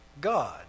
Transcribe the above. God